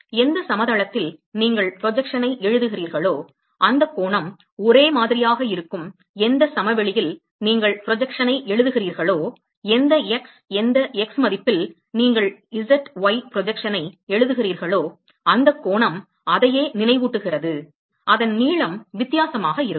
எந்த சமதளத்தில் நீங்கள் ப்ரொஜெக்ஷனை எழுதுகிறீர்களோ அந்த கோணம் ஒரே மாதிரியாக இருக்கும் எந்த சமவெளியில் நீங்கள் ப்ரொஜெக்ஷனை எழுதுகிறீர்களோ எந்த x எந்த x மதிப்பில் நீங்கள் z y ப்ரொஜெக்ஷனை எழுதுகிறீர்களோ அந்த கோணம் அதையே நினைவூட்டுகிறது அதன் நீளம் வித்தியாசமாக இருக்கும்